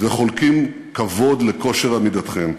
וחולקים כבוד לכושר עמידתכם.